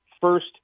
first